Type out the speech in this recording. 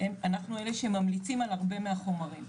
אנחנו אלה שממליצים על הרבה מהחומרים,